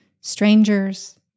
strangers